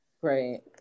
great